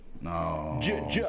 No